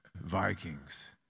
Vikings